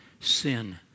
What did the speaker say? sin